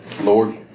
Lord